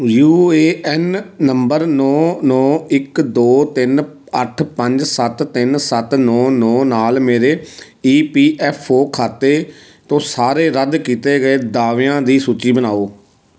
you A N ਨੰਬਰ ਨੌਂ ਨੌਂ ਇੱਕ ਦੋ ਤਿੰਨ ਅੱਠ ਪੰਜ ਸੱਤ ਤਿੰਨ ਸੱਤ ਨੌਂ ਨੌਂ ਨਾਲ ਮੇਰੇ ਈ ਪੀ ਐਫ ਓ ਖਾਤੇ ਤੋਂ ਸਾਰੇ ਰੱਦ ਕੀਤੇ ਗਏ ਦਾਅਵਿਆਂ ਦੀ ਸੂਚੀ ਬਣਾਓ